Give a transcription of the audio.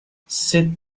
sit